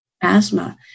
asthma